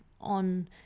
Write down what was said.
on